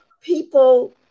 People